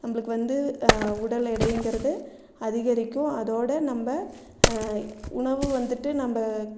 நம்மளுக்கு வந்து உடல் எடைங்கிறது அதிகரிக்கும் அதோடு நம்ம உணவு வந்துவிட்டு நம்ம